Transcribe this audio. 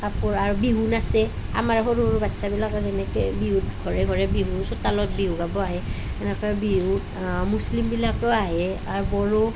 কাপোৰ আৰু বিহু নাচে আমাৰ সৰু সৰু বাচ্চাবিলাকেও সেনেকৈ বিহু নাচে ঘৰে ঘৰে বিহু চোতালত বিহু গাব আহে সেনেকৈ বিহুত মুছ্লিমবিলাকেও আহে আৰু বড়ো